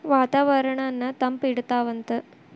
ವಾತಾವರಣನ್ನ ತಂಪ ಇಡತಾವಂತ